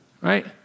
right